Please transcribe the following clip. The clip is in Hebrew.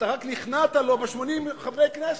אתה רק נכנעת לו ב-80 חברי כנסת.